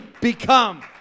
become